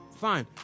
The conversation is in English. Fine